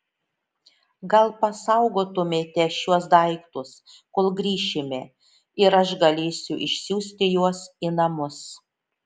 gal pasaugotumėte šiuos daiktus kol grįšime ir aš galėsiu išsiųsti juos į namus